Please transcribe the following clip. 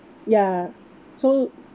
ya so